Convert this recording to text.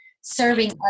serving